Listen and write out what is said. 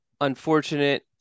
unfortunate